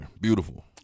Beautiful